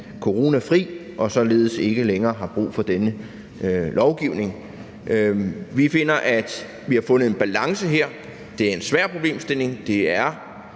coronafri og således ikke længere har brug for denne lovgivning. Vi finder, at vi har fundet en balance. Det er en svær problemstilling.